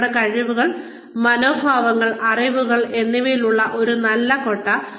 നിങ്ങളുടെ കഴിവുകൾ മനോഭാവങ്ങൾ അറിവുകൾ എന്നിവയുടെ ഒരു നല്ല കൊട്ട